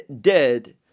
dead